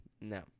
No